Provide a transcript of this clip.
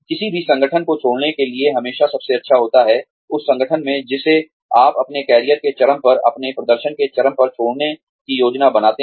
किसी भी संगठन को छोड़ने के लिए हमेशा सबसे अच्छा होता है उस संगठन में जिसे आप अपने करियर के चरम पर अपने प्रदर्शन के चरम पर छोड़ने की योजना बनाते हैं